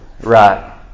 Right